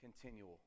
continual